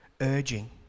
urging